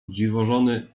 dziwożony